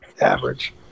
average